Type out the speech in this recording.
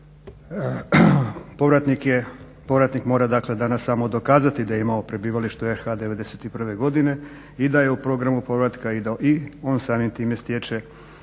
Povratnik mora danas samo mora dokazati da je imao prebivalište u RH '91.godine i da je u programu povratka i on samim tim stječe